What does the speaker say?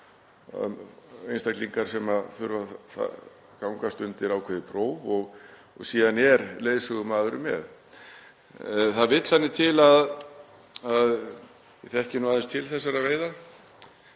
Einstaklingar þurfa að gangast undir ákveðið próf og síðan er leiðsögumaður með. Það vill þannig til að ég þekki aðeins til þessara veiða